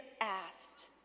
asked